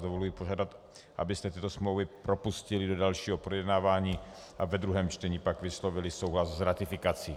Dovoluji si vás požádat, abyste tyto smlouvy propustili do dalšího projednávání a ve druhém čtení pak vyslovili souhlas s ratifikací.